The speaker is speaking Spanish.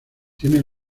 tiene